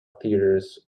theatres